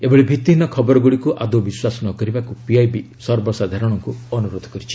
ଏଭଳି ଭିତ୍ତିହୀନ ଖବରଗୁଡ଼ିକୁ ଆଦେରି ବିଶ୍ୱାସ ନକରିବାକୁ ପିଆଇବି ସର୍ବସାଧାରଣକୁ ଅନୁରୋଧ କରିଛି